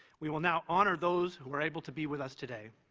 we will now honor those who are able to be with us today.